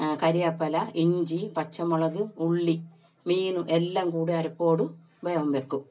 കറിവേപ്പില ഇഞ്ചി പച്ചമുളക് ഉള്ളി മീൻ എല്ലാം കൂടെ അരപ്പോടു വേവാൻ വയ്ക്കും